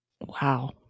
Wow